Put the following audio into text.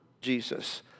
Jesus